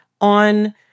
on